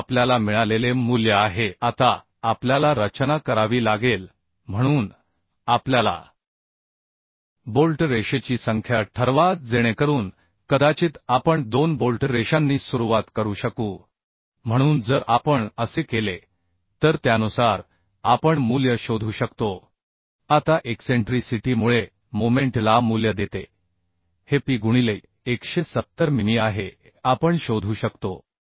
तर हे आपल्याला मिळालेले मूल्य आहे आता आपल्याला रचना करावी लागेल म्हणून आपल्याला बोल्ट रेषेची संख्या ठरवा जेणेकरून कदाचित आपण दोन बोल्ट रेषांनी सुरुवात करू शकू म्हणून जर आपण असे केले तर त्यानुसार आपण मूल्य शोधू शकतो आता एक्सेंट्रीसिटी मुळे मोमेंट ला मूल्य देते हे P गुणिले ee 170मिमी आहे हे आपण शोधू शकतो